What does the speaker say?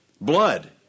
Blood